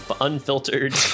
unfiltered